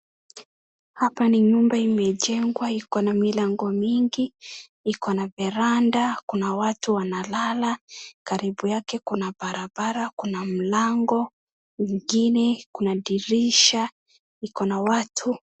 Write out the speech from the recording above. Hapa ni nyumba imejengwa ikona milango mingi ikona verandah kuna watu wanalala karibu yake kuna barabara kuna mlango ingine kuna dirisha ikona watu.